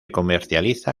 comercializa